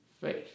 faith